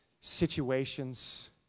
situations